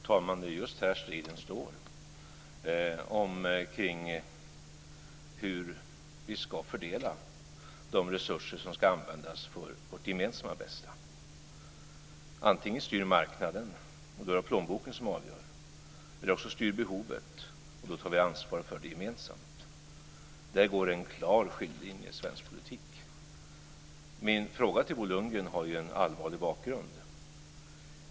Fru talman! Det är just här striden står, om hur vi ska fördela de resurser som ska användas för vårt gemensamma bästa. Antingen styr marknaden, och då är det plånboken som avgör, eller också styr behovet, och då tar vi ansvar för det gemensamt. Där går en klar skiljelinje i svensk politik. Min fråga till Bo Lundgren har ju en allvarlig bakgrund.